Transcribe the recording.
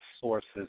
sources